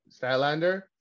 Stylander